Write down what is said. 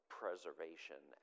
preservation